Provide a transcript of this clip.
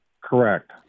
Correct